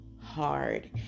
hard